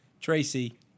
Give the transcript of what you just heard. Tracy